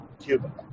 Cuba